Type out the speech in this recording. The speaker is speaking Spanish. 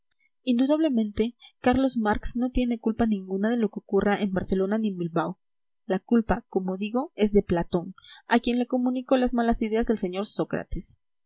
indudablemente carlos marx no tiene culpa ninguna de lo que ocurra en barcelona ni en bilbao la culpa como digo es de platón a quien le comunicó las malas ideas el señor sócrates